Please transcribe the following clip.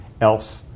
else